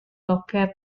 loket